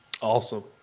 Awesome